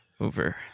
over